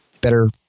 better